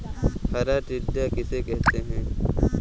हरा टिड्डा किसे कहते हैं?